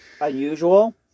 unusual